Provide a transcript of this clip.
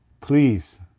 Please